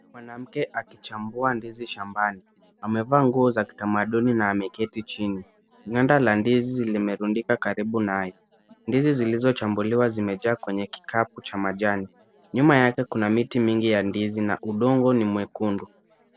Mwanamke akichambua ndizi shambani amevaa nguo za kitamaduni na ameketi chini. Ganda la ndizi limerundika karibu naye ,Ndizi zilizochambuliwa zimejaa kwenye kikapu wa majani .Nyuma yake kuna miti mingi ya ndizi na udongo ni mwekundu.